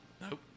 Nope